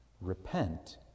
Repent